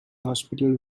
hospital